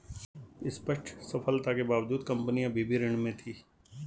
स्पष्ट सफलता के बावजूद कंपनी अभी भी ऋण में थी